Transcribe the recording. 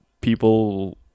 people